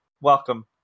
Welcome